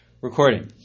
recording